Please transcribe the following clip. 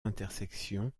intersection